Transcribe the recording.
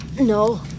No